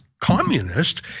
communist